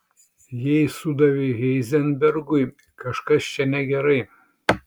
jei sudavei heizenbergui kažkas čia negerai